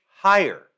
higher